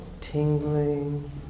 tingling